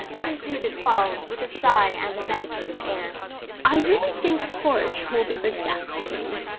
concluded paul with a sigh and a meditative air i really think porridge will be the death of me.